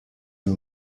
nur